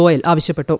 ഗോയൽ ആവശ്യപ്പെട്ടു